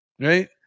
Right